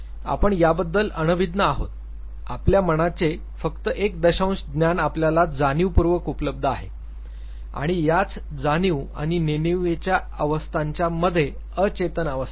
आपण याबद्दल अनभिज्ञ आहोत आपल्या मनाचे फक्त एक दशांश ज्ञान आपल्याला जाणीवपूर्वक उपलब्ध आहे आणि याच जाणीव आणि नेणिवेच्या अवस्थांच्या मध्ये अचेतन अवस्था आहे